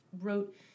wrote